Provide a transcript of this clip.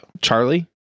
charlie